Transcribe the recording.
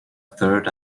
third